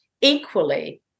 equally